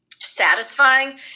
satisfying